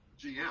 GM